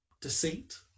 deceit